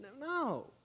No